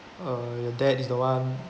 uh your dad is the one